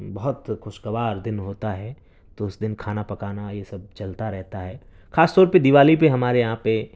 بہت خوشگوار دن ہوتا ہے تو اس دن کھانا پکانا یہ سب چلتا رہتا ہے خاص طور پہ دیوالی پہ ہمارے یہاں پہ